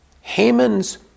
Haman's